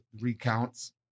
recounts